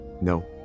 No